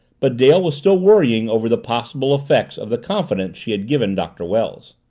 but dale was still worrying over the possible effects of the confidence she had given doctor wells.